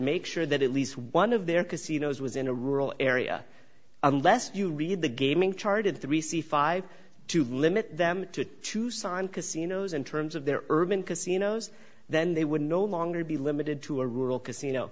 make sure that at least one of their casinos was in a rural area unless you read the gaming charted three c five to limit them to tucson casinos in terms of their urban casinos then they would no longer be limited to a rule casino